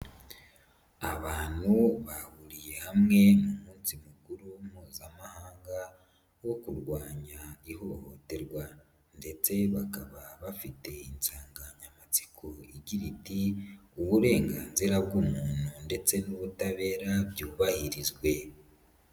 Abantu bahuriye hamwe mu munsi mukuru mpuzamahanga wo kurwanya ihohoterwa, ndetse bakaba bafite insanganyamatsiko igira iti "uburenganzira bw'umuntu ndetse n'ubutabera byubahirizwe."